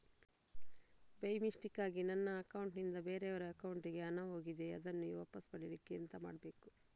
By ಮಿಸ್ಟೇಕಾಗಿ ನನ್ನ account ನಿಂದ ಬೇರೆಯವರ ಅಕೌಂಟ್ ಗೆ ಹಣ ಹೋಗಿದೆ ಅದನ್ನು ವಾಪಸ್ ಪಡಿಲಿಕ್ಕೆ ಎಂತ ಮಾಡಬೇಕು?